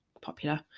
popular